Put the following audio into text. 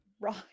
Right